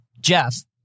Jeff